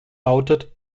lautet